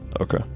Okay